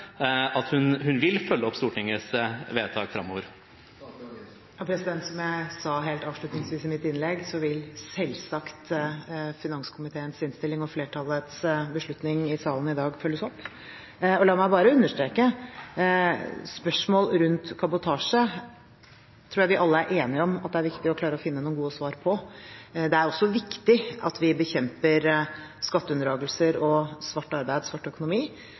at hun vil følge opp Stortingets vedtak framover? Som jeg sa helt avslutningsvis i mitt innlegg, vil selvsagt finanskomiteens innstilling og flertallets beslutning i salen i dag følges opp. Og la meg bare understreke: Spørsmål rundt kabotasje tror jeg vi alle er enige om er viktig å klare å finne noen gode svar på. Det er også viktig at vi bekjemper skatteunndragelser, svart arbeid og svart økonomi.